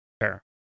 Fair